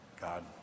God